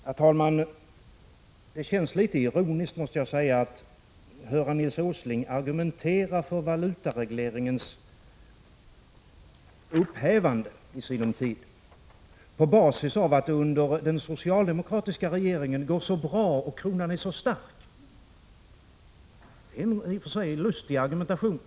Herr talman! Det känns litet ironiskt att höra Nils G. Åsling argumentera för valutaregleringens upphävande i sinom tid på basis av att det under den socialdemokratiska regeringen gått så bra och kronan är så stark. Det är i och för sig en lustig argumentation.